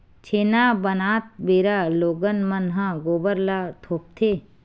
छेना बनात बेरा लोगन मन ह गोबर ल थोपथे